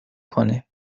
کنه